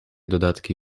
dodatki